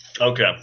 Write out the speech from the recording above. Okay